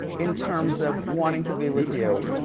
in terms of wanting to be with you.